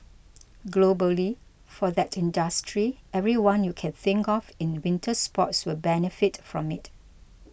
globally for that industry everyone you can think of in winter sports will benefit from it